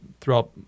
throughout